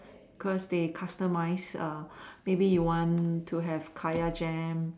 cause they customize err maybe you want to have kaya jam